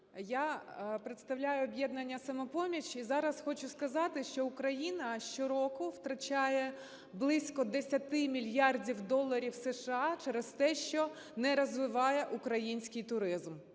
Я представляю "Об'єднання "Самопоміч". І зараз хочу сказати, що Україна щороку втрачає близько 10 мільярдів доларів США через те, що не розвиває український туризм.